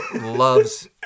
loves